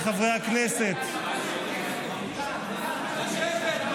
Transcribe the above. קואליציה, לשבת.